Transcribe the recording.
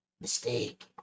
Mistake